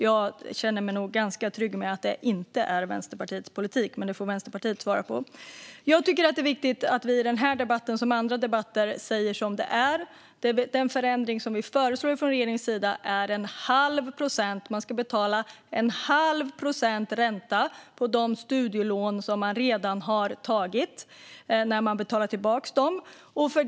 Jag känner mig nog ganska trygg med att detta inte är Vänsterpartiets politik, men det får Vänsterpartiet svara på. Jag tycker att det är viktigt att vi i den här debatten liksom i andra debatter säger som det är. Den förändring som vi föreslår från regeringens sida är att man ska betala en halv procent i ränta på de studielån som man redan har tagit när man betalar tillbaka dem.